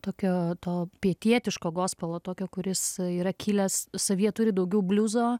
tokio to pietietiško gospelo tokio kuris yra kilęs savyje turi daugiau bliuzo